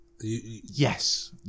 Yes